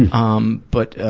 um, but ah,